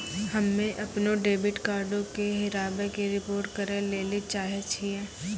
हम्मे अपनो डेबिट कार्डो के हेराबै के रिपोर्ट करै लेली चाहै छियै